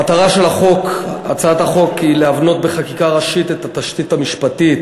המטרה של הצעת החוק היא להבנות בחקיקה ראשית את התשתית המשפטית